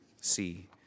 see